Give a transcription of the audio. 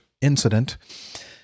incident